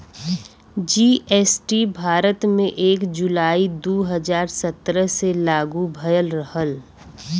GST Bharat में एक जुलाई दू हजार सत्रह से लागू भयल रहल